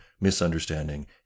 misunderstanding